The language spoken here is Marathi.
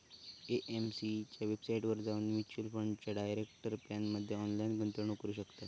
ए.एम.सी च्या वेबसाईटवर जाऊन म्युच्युअल फंडाच्या डायरेक्ट प्लॅनमध्ये ऑनलाईन गुंतवणूक करू शकताव